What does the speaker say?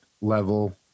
level